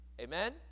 Amen